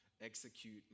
execute